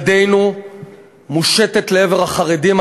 ידנו מושטת לעבר החרדים.